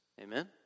Amen